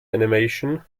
animation